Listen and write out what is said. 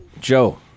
Joe